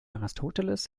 aristoteles